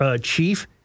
chief